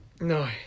No